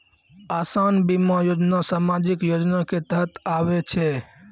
असान बीमा योजना समाजिक योजना के तहत आवै छै